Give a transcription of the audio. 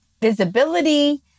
visibility